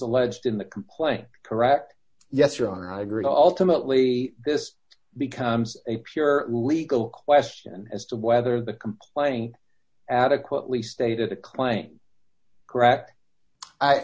alleged in the complaint correct yes your honor i agree alternately this becomes a pure legal question as to whether the complaint adequately stated a claim correct i